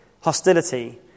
hostility